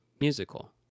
musical